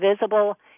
visible